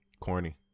corny